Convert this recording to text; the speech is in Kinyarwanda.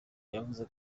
yavuze